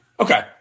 Okay